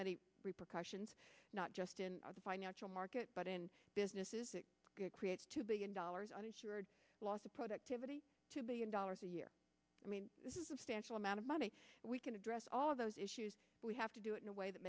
many repercussions not just in the financial market but in businesses it creates two billion dollars uninsured loss of productivity two billion dollars a year i mean this is a standstill amount of money we can address all of those issues we have to do it in a way that